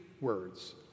words